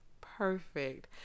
perfect